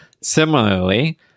Similarly